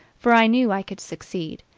for i knew i could succeed,